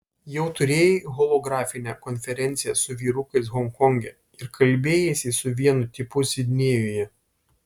jau turėjai holografinę konferenciją su vyrukais honkonge ir kalbėjaisi su vienu tipu sidnėjuje